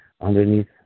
Underneath